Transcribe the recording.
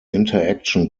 interaction